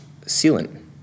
sealant